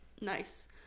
nice